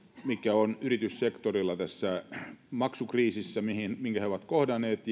mitkä ovat yrityssektorilla tässä maksukriisissä minkä he ovat kohdanneet